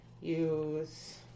use